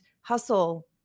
hustle